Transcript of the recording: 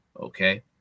Okay